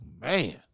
man